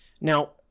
Now